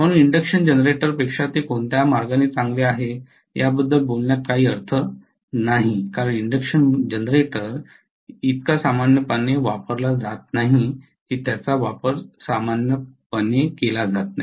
म्हणून इंडक्शन जनरेटरपेक्षा ते कोणत्या मार्गाने चांगले आहे याबद्दल बोलण्यात काही अर्थ नाही कारण इंडक्शन जनरेटर इतका सामान्यपणे वापरला जात नाही की त्यांचा वापर सामान्यपणे केला जात नाही